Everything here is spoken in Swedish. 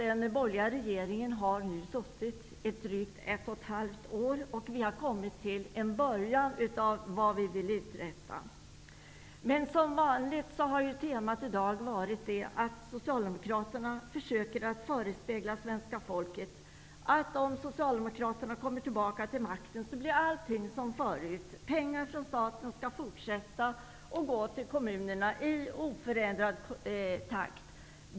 Den borgerliga regeringen har nu suttit i regeringsställning i drygt ett och ett halvt år, och vi har påbörjat det som vi vill uträtta. Men som vanligt har temat i dag varit att Socialdemokraterna försöker att förespegla svenska folket att om de kommer tillbaka till makten kommer allt att bli som tidigare -- pengar från staten skall fortsätta att delas ut till kommunerna i oförändrad takt.